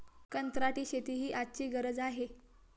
कंत्राटी शेती ही आजची गरज आहे